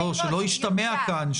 לא, שלא ישתמע כאן.